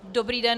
Dobrý den.